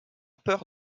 peur